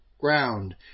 ground